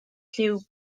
lliw